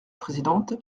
présidente